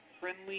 friendly